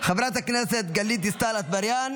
חברת הכנסת גלית דיסטל אטבריאן,